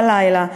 בלילה,